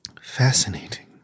Fascinating